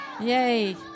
Yay